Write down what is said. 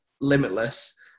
Limitless